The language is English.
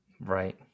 Right